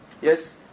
yes